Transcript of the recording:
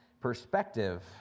Perspective